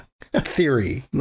theory